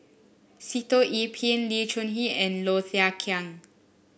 Sitoh Yih Pin Lee Choon Kee and Low Thia Khiang